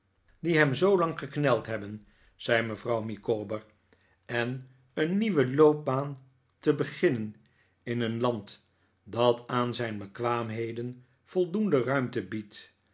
die hem zoolang gekneld hebben zei mevrouw micawber en een nieuwe loopbaan te beginnen in een land dat aan zijn bekwaamheden voldoende ruimte biedt